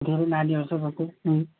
धेरै नानी